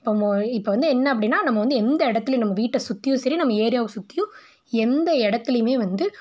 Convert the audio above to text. இப்போது இப்போ வந்து என்ன அப்படினா நம்ம வந்து எந்த எடத்துலேயும் நம்ம வீட்டை சுற்றியும் சரி நம்ம ஏரியாவை சுற்றியும் எந்த எடத்துலேயுமே வந்து